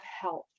health